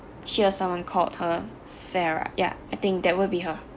hear someone called her sarah yeah I think that would be her